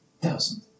Thousand